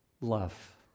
love